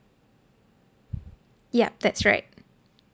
yup that's right